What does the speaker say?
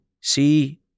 see